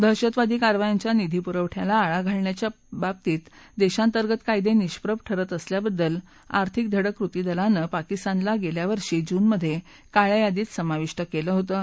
दहशतवादी कारवायांच्या निधी पुरवठ्याला आळा घालण्याच्या बाबतीत देशातंर्गत कायदे निष्प्रभ ठरत असल्याबद्दल आर्थिक धडक कृती दलाने पाकिस्तानला मागील वर्षी जूनमध्ये काळ्या यादीत समाविष्ट केलं होतं